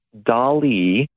DALI